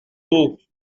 tous